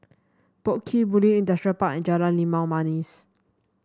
Boat Quay Bulim Industrial Park and Jalan Limau Manis